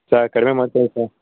sir ಕಡಿಮೆ ಮಾಡ್ಕೊಳಿ sir